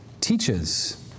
teaches